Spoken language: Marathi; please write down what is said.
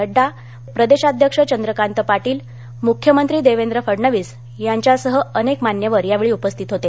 नड्डा प्रदेशाध्यक्ष चंद्रकांत पाटील मुख्यमंत्री देवेंद्र फडणवीस यांच्यासह अनेक मान्यवर यावेळी उपस्थित होते